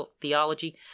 theology